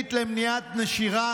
תוכנית למניעת נשירה,